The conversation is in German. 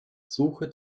suche